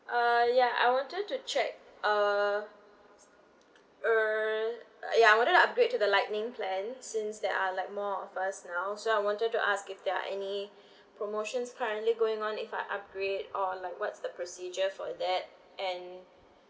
uh ya I wanted to check uh uh ya I wanted to upgrade to the lightning plan since there are like more of us now so I wanted to ask if there are any promotions currently going on if I upgrade or like what's the procedure for that and